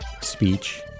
speech